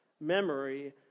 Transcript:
memory